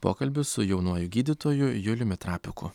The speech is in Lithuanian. pokalbis su jaunuoju gydytoju juliumi trapiku